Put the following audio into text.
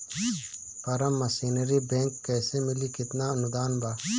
Form machinery bank कैसे मिली कितना अनुदान बा?